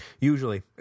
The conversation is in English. Usually